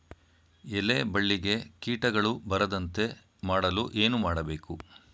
ಎಲೆ ಬಳ್ಳಿಗೆ ಕೀಟಗಳು ಬರದಂತೆ ಮಾಡಲು ಏನು ಮಾಡಬೇಕು?